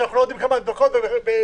שאנחנו לא יודעים כמה הדבקות היו בהם.